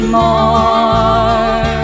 more